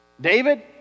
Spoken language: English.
David